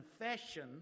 confession